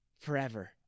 Forever